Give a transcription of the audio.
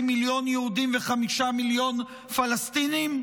מיליון יהודים וחמישה מיליון פלסטינים?